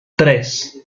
tres